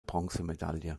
bronzemedaille